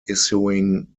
issuing